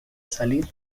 salir